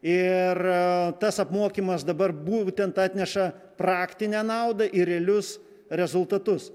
ir tas apmokymas dabar būtent atneša praktinę naudą ir realius rezultatus